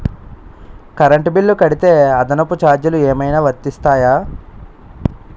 Current bill కడితే అదనపు ఛార్జీలు ఏమైనా వర్తిస్తాయా?